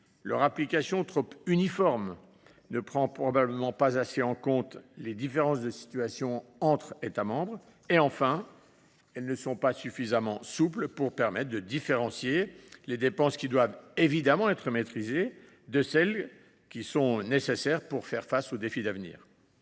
leur application trop uniforme ne prend probablement pas assez en compte les différences de situations entre les États membres. Enfin, elles ne sont pas suffisamment souples pour permettre de différencier les dépenses qui doivent évidemment être maîtrisées de celles qui sont nécessaires pour faire face aux défis d’avenir.